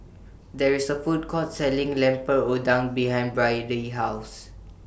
There IS A Food Court Selling Lemper Udang behind Byrdie's House